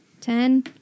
Ten